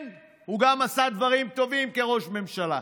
כן, הוא גם עשה דברים טובים כראש ממשלה.